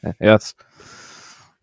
Yes